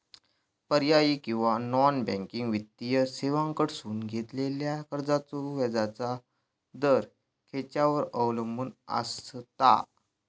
पर्यायी किंवा non banking वित्तीय सेवांकडसून घेतलेल्या कर्जाचो व्याजाचा दर खेच्यार अवलंबून आसता?